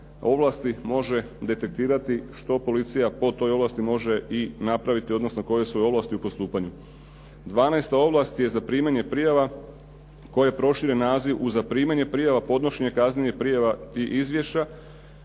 ovlasti može detektirati što policija po toj ovlasti može i napraviti, odnosno koje su joj ovlasti u postupanju. 12. ovlast je zaprimanje prijava koji je proširen naziv u zaprimanje prijava, podnošenje kaznenih prijava i izvješća